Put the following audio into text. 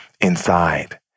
inside